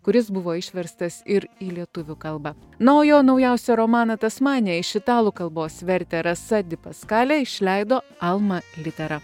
kuris buvo išverstas ir į lietuvių kalbą na o jo naujausią romaną tasmanija iš italų kalbos vertė rasa dipeskalė išleido alma litera